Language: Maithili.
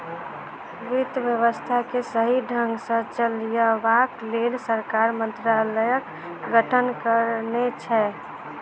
वित्त व्यवस्था के सही ढंग सॅ चलयबाक लेल सरकार मंत्रालयक गठन करने छै